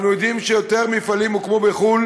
אנחנו יודעים שיותר מפעלים הוקמו בחו"ל